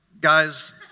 Guys